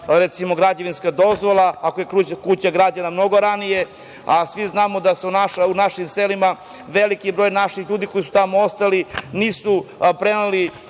traži građevinska dozvola, ako je kuća građena mnogo ranije, a svi znamo da u našim selima je veliki broj ljudi koji su tamo ostali i nisu preneli